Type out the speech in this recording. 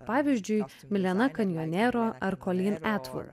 pavyzdžiui melena kanjonero ar kolyn atvor